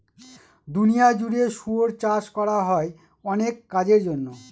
দুনিয়া জুড়ে শুয়োর চাষ করা হয় অনেক কাজের জন্য